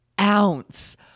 ounce